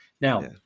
Now